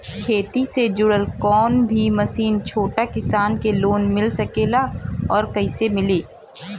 खेती से जुड़ल कौन भी मशीन छोटा किसान के लोन मिल सकेला और कइसे मिली?